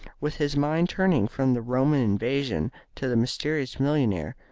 with his mind turning from the roman invasion to the mysterious millionaire,